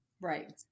Right